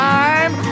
time